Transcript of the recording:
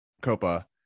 Copa